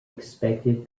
expected